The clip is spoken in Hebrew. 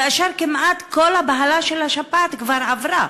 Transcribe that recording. כאשר כמעט כל הבהלה של השפעת כבר עברה.